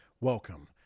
welcome